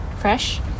fresh